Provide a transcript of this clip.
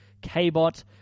K-Bot